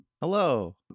Hello